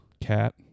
Cat